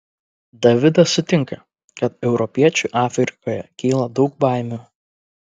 davidas sutinka kad europiečiui afrikoje kyla daug baimių